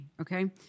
Okay